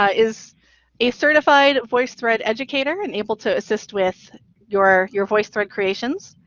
ah is a certified voicethread educator and able to assist with your, your voicethread creations.